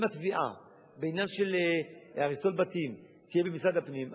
אם התביעה בעניין של הריסות בתים תהיה במשרד הפנים,